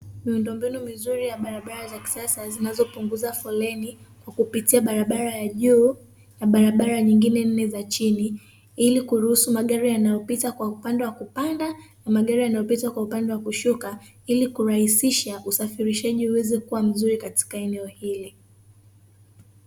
Miundombinu mizuri ya barabara za kisasa zinazopunguza foleni, kwa kupitia barabara ya juu na barabara nyingine nne za chini, ili kuruhusu magari yanayopita kwa upande wa kupanda na magari yanayopita kwa upande wa kushuka; ili kurahisisha usafirishaji uweze kuwa mzuri katika eneo hili.